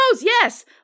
yes